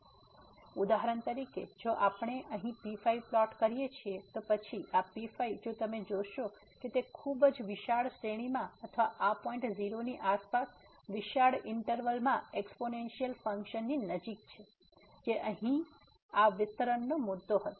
તેથી ઉદાહરણ તરીકે જો આપણે અહીં P5 પ્લોટ કરીએ છીએ તો પછી આ P5 જો તમે જોશો કે તે ખૂબ જ વિશાળ શ્રેણીમાં અથવા આ પોઈન્ટ 0 ની આસપાસ વિશાળ ઇન્ટરવલ માં એક્સ્પોનેનસીઅલ ફંક્શન ની નજીક છે જે અહીં આ વિસ્તરણનો મુદ્દો હતો